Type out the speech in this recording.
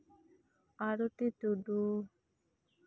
ᱟᱨᱚᱛᱤ ᱴᱩᱰᱩ